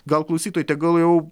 gal klausytojų tegul jau